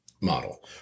model